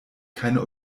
keine